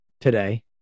today